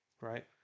right